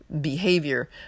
behavior